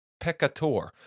peccator